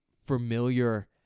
familiar